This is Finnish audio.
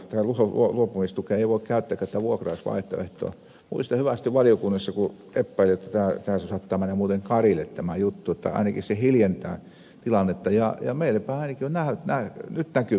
ruso huomio pois tukee eun käytetystä muistan hyvin valiokunnassa kun epäilin jotta saattaa mennä muuten karille tämä juttu että ainakin se hiljentää tilannetta ja meilläpäin se ainakin on nyt näkyvissä siellä